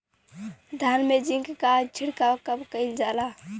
धान में जिंक क छिड़काव कब कइल जाला?